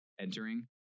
entering